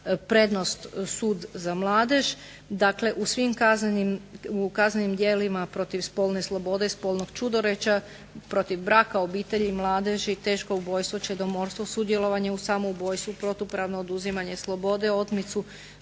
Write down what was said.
prednost sud za mladež, dakle u svim kaznenim, u kaznenim djelima protiv spolne slobode i spolnog ćudoređa, protiv braka, obitelji, mladeži, teško ubojstvo, čedomorstvo, sudjelovanje u samoubojstvu, protupravno oduzimanje slobode, otmicu,